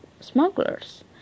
smugglers